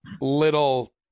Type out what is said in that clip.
little